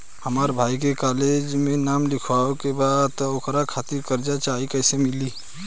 हमरा भाई के कॉलेज मे नाम लिखावे के बा त ओकरा खातिर कर्जा चाही कैसे मिली?